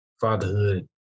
Fatherhood